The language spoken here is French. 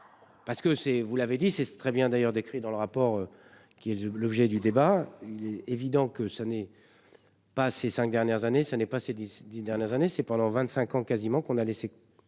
Parce que c'est, vous l'avez dit, c'est très bien d'ailleurs décrit dans le rapport. Qui est l'objet du débat, il est évident que ça n'est. Pas ces 5 dernières années, ça n'est pas ces 10 dernières années c'est pendant 25 ans quasiment qu'on a laissé